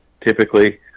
Typically